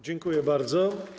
Dziękuję bardzo.